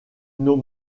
nos